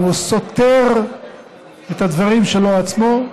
אם הוא סותר את הדברים שלו עצמו,